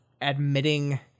admitting